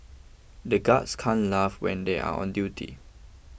the guards can't laugh when they are on duty